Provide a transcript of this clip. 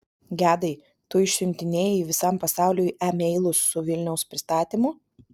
gedai tu išsiuntinėjai visam pasauliui e meilus su vilniaus pristatymu